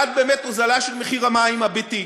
1. באמת הורדה של מחיר המים למשקי הבית.